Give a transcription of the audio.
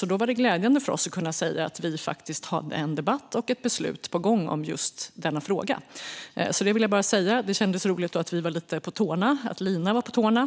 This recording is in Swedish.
Det var då glädjande för oss att kunna säga att vi hade en debatt och ett beslut på gång om just denna fråga. Det kändes lite roligt att Lina Nordquist var lite på tårna